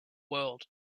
world